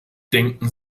denken